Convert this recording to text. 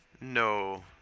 No